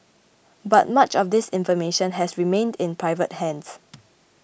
but much of this information has remained in private hands